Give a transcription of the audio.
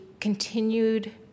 continued